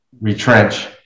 retrench